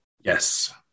Yes